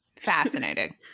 fascinating